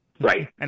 Right